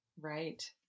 Right